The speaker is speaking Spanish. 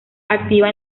activa